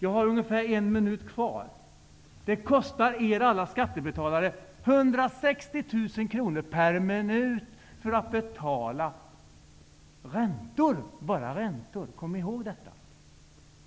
Jag har nu ungefär en minut kvar av min taletid. Vi har ett budgetunderskott. Det kostar er alla skattebetalare 160 000 kr per minut, för att betala räntor, bara räntor. Kom ihåg detta!